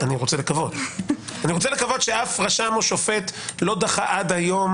אני רוצה לקוות שאף רשם או שופט לא דחה עד היום